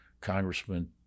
Congressman